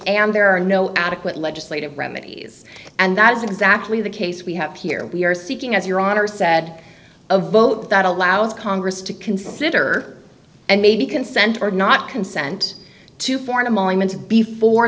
and there are no adequate legislative remedies and that is exactly the case we have here we are seeking as your honor said a vote that allows congress to consider and maybe consent or not consent to form a mine into before